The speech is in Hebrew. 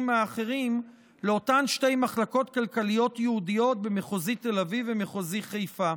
האחרים לאותן שתי מחלקות כלכליות ייעודיות במחוזי תל אביב ומחוזי חיפה.